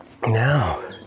Now